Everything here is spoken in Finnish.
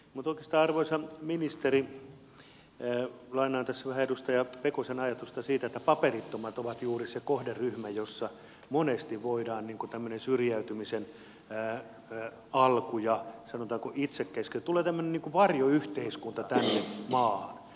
mutta oikeastaan arvoisa ministeri lainaan tässä vähän edustaja pekosen ajatusta siitä että paperittomat ovat juuri se kohderyhmä jossa monesti voidaan nähdä tämmöinen syrjäytymisen alku ja josta sanotaanko tulee tämmöinen niin kuin varjoyhteiskunta tähän maahan